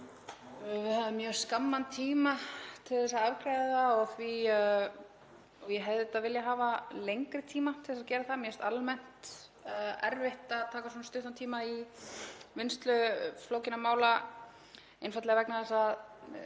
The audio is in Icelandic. Við höfðum mjög skamman tíma til að afgreiða það og ég hefði viljað hafa lengri tíma til að gera það. Mér finnst almennt erfitt að taka svona stuttan tíma í vinnslu flókinna mála einfaldlega vegna þess að